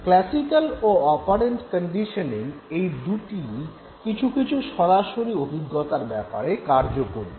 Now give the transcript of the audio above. classical ও operant conditioning এই দু'টিই কিছু সরাসরি অভিজ্ঞতার ব্যাপারে কার্যকরী